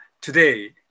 today